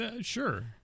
sure